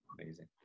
amazing